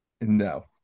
No